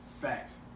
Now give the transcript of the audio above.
Facts